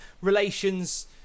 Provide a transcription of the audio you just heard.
relations